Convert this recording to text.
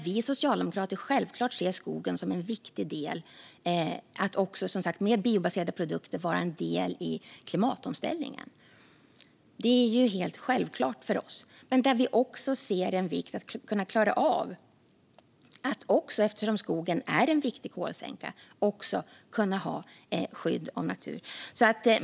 Vi socialdemokrater ser självklart skogen och biobaserade produkter som en viktig del av klimatomställningen. Det är helt självklart för oss. Men eftersom skogen också är en viktig kolsänka ser vi även vikten av att ha skydd av natur.